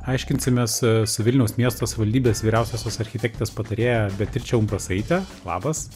aiškinsimės su vilniaus miesto savivaldybės vyriausiosios architektės patarėja beatriče umbrasaite labas